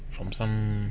from some